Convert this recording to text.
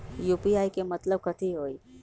UPI के मतलब कथी होई?